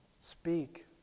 Speak